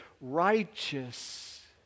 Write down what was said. righteous